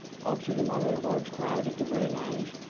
officers were moderating a large crowd at the reign lounge.